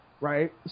right